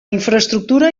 infraestructura